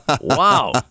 Wow